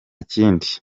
kindi